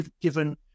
given